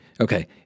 okay